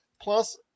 Plus